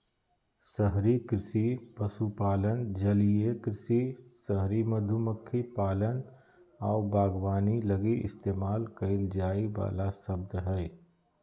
शहरी कृषि पशुपालन, जलीय कृषि, शहरी मधुमक्खी पालन आऊ बागवानी लगी इस्तेमाल कईल जाइ वाला शब्द हइ